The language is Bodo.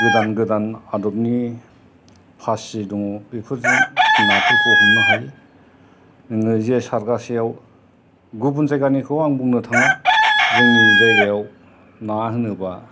गोदान गोदान आदबनि फासि दङ बेफोरजों नाफोरखौ हमनो हायो नोङो जे सारगासेआव गुबुन जायगानिखौ आं बुंनो थाङा जोंनि जायगायाव ना होनोबा